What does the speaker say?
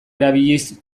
erabiliz